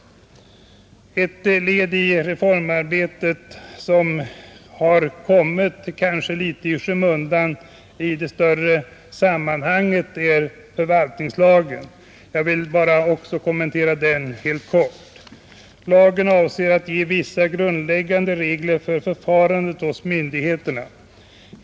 Ett led i reformen som kanske har kommit litet i skymundan i det större sammanhanget är förvaltningslagen. Jag vill också kommentera den helt kort. Lagen avser att ge vissa grundläggande regler för förfarandet hos myndigheterna.